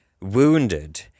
wounded